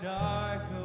dark